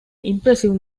impressive